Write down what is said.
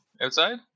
outside